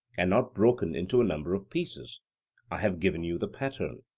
and not broken into a number of pieces i have given you the pattern.